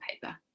paper